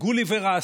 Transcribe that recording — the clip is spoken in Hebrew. הגוליבר הזה,